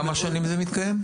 כמה שנים זה מתקיים?